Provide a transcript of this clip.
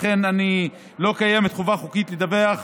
לא קיימת חובה חוקית לדווח.